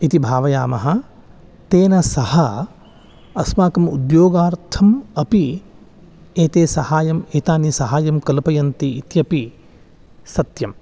इति भावयामः तेन सह अस्माकम् उद्योगार्थम् अपि एते सहाय्यम् एतानि सहाय्यं कल्पयन्ति इत्यपि सत्यम्